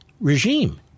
regime